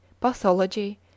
Pathology